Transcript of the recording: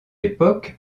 époque